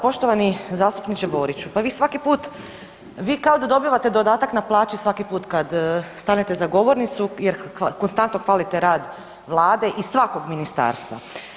Poštovani zastupniče Boriću, pa vi svaki put, vi kao da dobivate dodatak na plaći svaki put kad stanete za govornicu jer konstantno hvalite rad Vlade i svakog ministarstva.